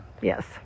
Yes